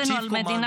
נגד הכוחות הכובשים.